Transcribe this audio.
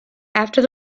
after